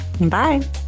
Bye